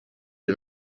die